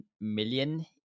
million